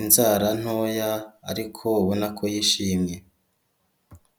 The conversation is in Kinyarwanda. inzara ntoya, ariko ubona ko yishimye.